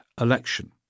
election